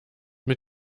mit